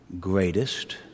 greatest